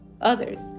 others